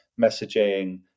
messaging